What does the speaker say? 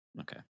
okay